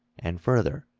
and, further,